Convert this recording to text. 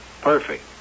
Perfect